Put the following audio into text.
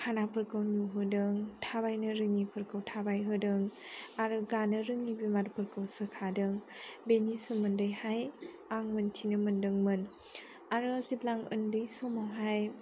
खानाफोरखौ नुहोदों थाबायनो रोङिफोरखौ थाबायहोदों आरो गानो रोङि बेमारफोरखौ सोखादों बेनि सोमोन्दैहाय आं मोन्थिनो मोन्दोंमोन आरो जेब्ला उन्दै समावहाय